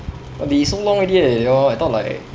they so long already eh they all I thought like